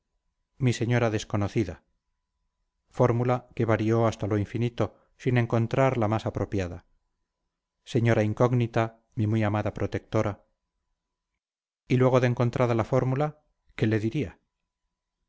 mi señora desconocida fórmula que varió hasta lo infinito sin encontrar la más apropiada señora incógnita mi muy amada protectora y luego de encontrada la fórmula qué le diría